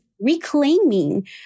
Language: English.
reclaiming